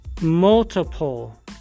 multiple